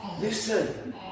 Listen